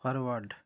forward